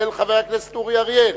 של חבר הכנסת אורי אריאל,